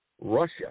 Russia